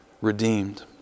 redeemed